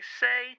say